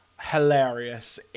hilarious